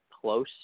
close